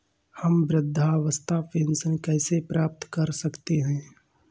हम वृद्धावस्था पेंशन कैसे प्राप्त कर सकते हैं?